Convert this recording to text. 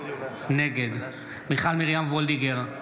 נגד מיכל מרים וולדיגר,